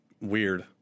weird